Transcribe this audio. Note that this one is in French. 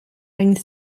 une